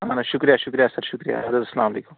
اَہَن حظ شُکریہ شُکریہ سَر شُکریہ اَدٕ حظ اَسلامُ علیکُم